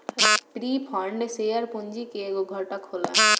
preferred share पूंजी के एगो घटक होला